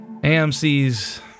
AMC's